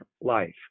life